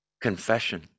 confession